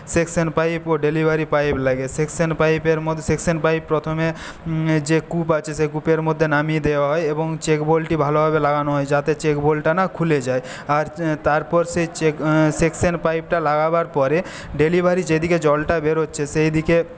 section pipe ও delivery pipe লাগে section pipe section pipe প্রথমে যে কূপ আছে সেই কূপের মধ্যে নামিয়ে দেওয়া হয় এবং চেক হোলটি ভালোভাবে লাগানো হয় যাতে চেক হোলটা না খুলে যায় আর তারপর সেই চেক সেকশন পাইপটা লাগাবার পরে ডেলিভারি যেদিকে জলটা বেরোচ্ছে সেইদিকে